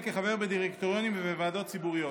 כחבר בדירקטוריונים ובוועדות ציבוריות.